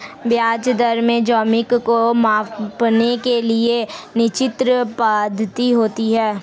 ब्याज दर के जोखिम को मांपने के लिए निश्चित पद्धति होती है